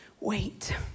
Wait